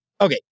Okay